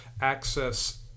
access